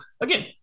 Again